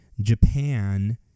Japan